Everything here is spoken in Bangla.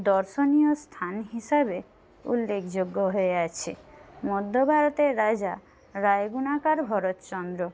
দর্শনীয় স্থান হিসাবে উল্লেখযোগ্য হয়ে আছে মধ্য ভারতের রাজা রায় গুনাকার ভারতচন্দ্র